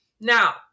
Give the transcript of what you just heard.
now